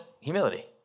humility